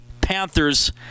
Panthers